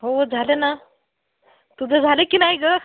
हो झाले ना तुझं झाले की नाही गं